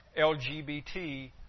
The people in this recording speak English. LGBT